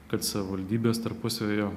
kad savivaldybės tarpusavyje